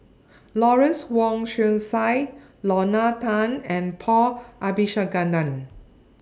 Lawrence Wong Shyun Tsai Lorna Tan and Paul Abisheganaden